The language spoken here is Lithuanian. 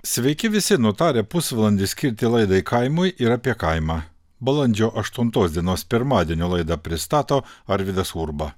sveiki visi nutarę pusvalandį skirti laidai kaimui ir apie kaimą balandžio aštuntos dienos pirmadienio laidą pristato arvydas urba